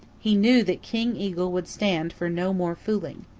he knew that king eagle would stand for no more fooling.